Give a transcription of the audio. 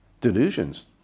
delusions